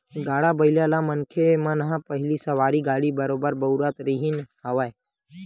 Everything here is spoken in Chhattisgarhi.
गाड़ा बइला ल मनखे मन ह पहिली सवारी गाड़ी बरोबर बउरत रिहिन हवय